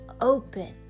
open